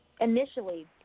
Initially